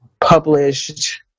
published